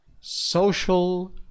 social